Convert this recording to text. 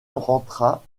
rentra